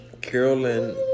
Carolyn